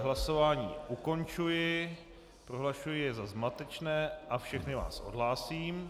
Hlasování ukončuji, prohlašuji jej za zmatečné a všechny vás odhlásím.